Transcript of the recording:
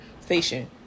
station